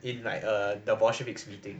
in like err the bolsheviks meeting